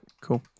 Cool